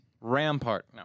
Rampart